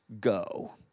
go